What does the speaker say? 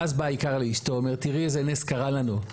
ואז בא האיכר לאשתו ואומר 'תראי איזה נס קרה לנו.